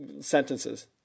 sentences